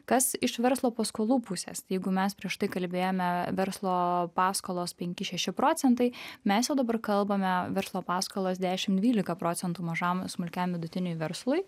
kas iš verslo paskolų pusės jeigu mes prieš tai kalbėjome verslo paskolos penki šeši procentai mes jau dabar kalbame verslo paskolos dešimt dvylika procentų mažam smulkiam vidutiniui verslui